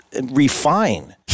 refine